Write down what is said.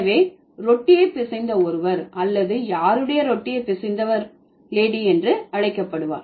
எனவே ரொட்டியை பிசைந்த ஒருவர் அல்லது யாருடைய ரொட்டியை பிசைந்தவர் லேடி என்று அழைக்கப்படுவர்